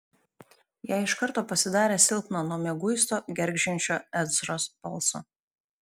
jai iš karto pasidarė silpna nuo mieguisto gergždžiančio ezros balso